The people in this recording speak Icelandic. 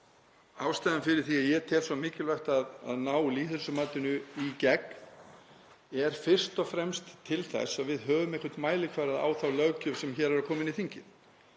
Ástæðan fyrir því að ég tel svo mikilvægt að ná lýðheilsumatinu í gegn er fyrst og fremst til þess að við höfum einhvern mælikvarða á þá löggjöf sem hér er að koma inn í þingið.